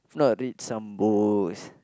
if not I'll read some books